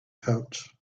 pouch